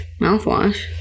mouthwash